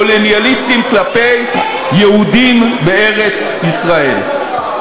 קולוניאליסטים, כלפי יהודים בארץ-ישראל.